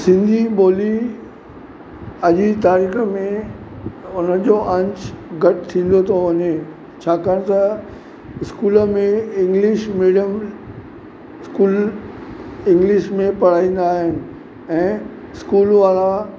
सिंधी ॿोली अॼु जी तारीख़ में हुनजो अंश घटि थींदो थो वञे छाकाणि त इस्कूल में इंग्लिश मिडीअम स्कूल इंग्लिश में पढ़ाईंदा आहिनि ऐं स्कूल वारा